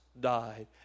died